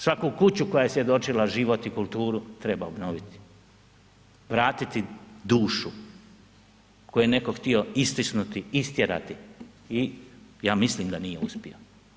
Svaku kuću koja je svjedočila život i kulturu treba obnoviti, vratiti dušu, koju je netko htio istisnuti, istjerati i ja mislim da nije uspio.